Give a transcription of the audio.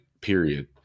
Period